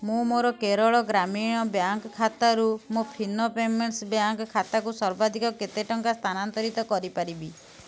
ମୁଁ ମୋର କେରଳ ଗ୍ରାମୀଣ ବ୍ୟାଙ୍କ୍ ଖାତାରୁ ମୋ ଫିନୋ ପେମେଣ୍ଟ୍ସ୍ ବ୍ୟାଙ୍କ୍ ଖାତାକୁ ସର୍ବାଧିକ କେତେ ଟଙ୍କା ସ୍ଥାନାନ୍ତରିତ କରି ପାରିବି